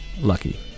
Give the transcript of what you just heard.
lucky